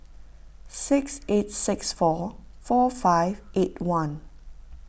six eight six four four five eight one